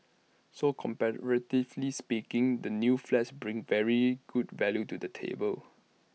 so comparatively speaking the new flats bring very good value to the table